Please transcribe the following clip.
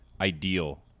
ideal